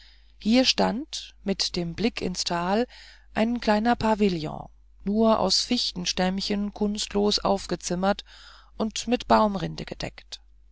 hier stand mit dem blick ins tal ein kleiner pavillon nur aus fichtenstämmchen kunstlos aufgezimmert und mit baumrinde bedeckt